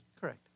Correct